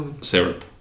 syrup